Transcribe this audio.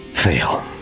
fail